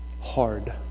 hard